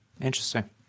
Interesting